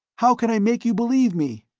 how can i make you believe me?